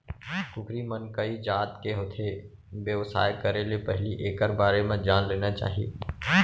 कुकरी मन कइ जात के होथे, बेवसाय करे ले पहिली एकर बारे म जान लेना चाही